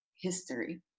history